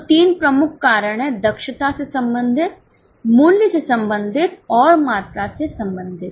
तो 3 प्रमुख कारण हैं दक्षता से संबंधित मूल्य से संबंधित और मात्रा से संबंधित